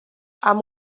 amb